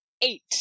Eight